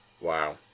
Wow